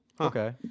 Okay